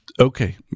Okay